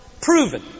proven